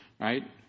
right